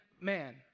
man